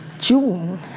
June